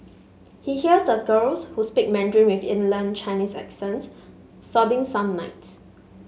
he hears the girls who speak Mandarin with inland Chinese accents sobbing some nights